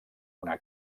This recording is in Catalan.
una